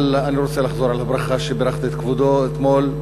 אני רוצה לחזור על הברכה שבירכתי את כבודו אתמול,